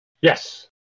Yes